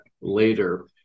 later